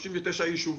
השקלים ל-39 הישובים,